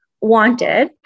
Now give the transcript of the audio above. wanted